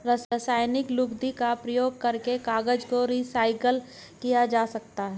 रासायनिक लुगदी का प्रयोग करके कागज को रीसाइकल किया जा सकता है